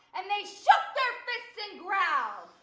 and they so their fists and growled.